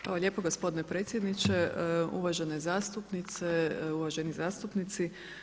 Hvala lijepo gospodine predsjedniče, uvažene zastupnice, uvaženi zastupnici.